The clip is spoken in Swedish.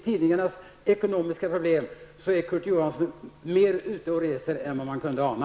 tidningarnas ekonomiska problem, då är Kurt Ove Johansson mer ute och reser än vad man kunde ana.